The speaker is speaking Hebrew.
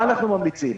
מה אנחנו ממליצים?